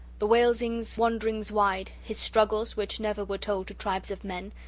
the waelsing's wanderings wide, his struggles, which never were told to tribes of men,